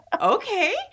okay